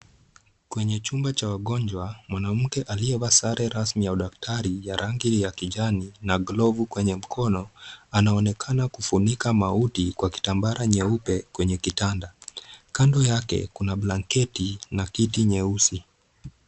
Kwenye chumba cha wagonjwa, mwanamke aliyevaa sare rasmi ya udaktari, ya rangi ya kijani na glovu kwenye mkono, anaonekana kufunika maiti kwa kitambaa nyeupe kwenye kitanda. Kando yake kuna blanketi na kiti nyeusi.